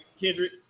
kendrick